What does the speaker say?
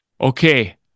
Okay